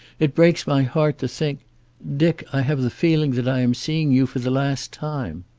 it breaks my heart to think dick, i have the feeling that i am seeing you for the last time.